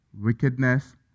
wickedness